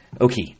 Okay